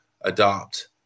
adopt